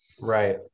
Right